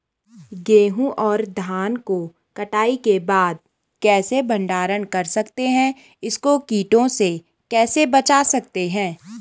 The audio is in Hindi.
गेहूँ और धान को कटाई के बाद कैसे भंडारण कर सकते हैं इसको कीटों से कैसे बचा सकते हैं?